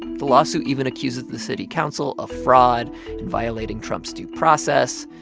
the lawsuit even accuses the city council of fraud and violating trump's due process.